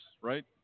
right